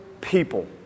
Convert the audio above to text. people